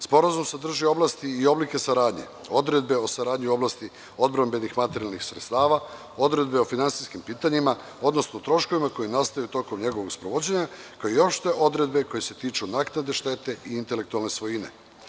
Sporazum sadrži oblasti i oblike saradnje, odredbe o saradnji u oblasti odbrambenih materijalnih sredstava, odredbe o finansijskim pitanjima, odnosno troškovima, koji nastajutokom njegovog sprovođenja, kao i opšte odredbe, koje se tiču naknade štete i intelektualne svojine.